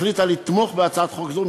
החליטה לתמוך בהצעת חוק זו,